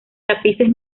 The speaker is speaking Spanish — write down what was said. tapices